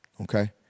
Okay